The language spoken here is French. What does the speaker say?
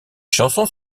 chansons